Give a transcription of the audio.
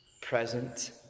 present